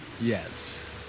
yes